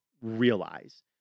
realize